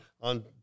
on